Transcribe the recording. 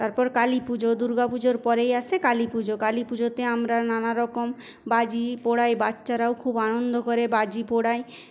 তারপর কালি পুজো দুর্গা পুজোর পরেই আসে কালি পুজো কালি পুজোতে আমরা নানারকম বাজি পোড়াই বাচ্চারাও খুব আনন্দ করে বাজি পোড়ায়